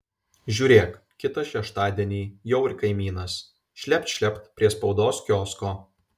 žiūrėk kitą šeštadienį jau ir kaimynas šlept šlept prie spaudos kiosko